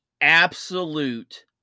absolute